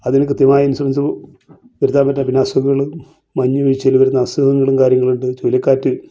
അതിന് കൃത്യമായ ഇൻഷുറൻസ് എടുക്കാൻ പറ്റും പിന്നെ അസുഖങ്ങളും മഞ്ഞ് വീഴ്ചയിൽ വരുന്ന അസുഖങ്ങളും കാര്യങ്ങളുണ്ട് ചുഴലിക്കാറ്റ്